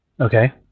Okay